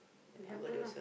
be humble lah